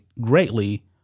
greatly